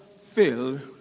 filled